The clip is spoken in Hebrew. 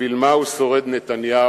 בשביל מה הוא שורד, נתניהו?